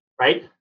right